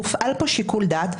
הופעל פה שיקול דעת.